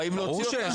באים להוציא אותם.